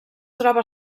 troba